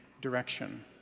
direction